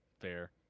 Fair